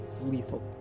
lethal